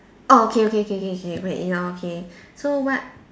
orh okay okay okay okay okay wait ya okay so what